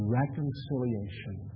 reconciliation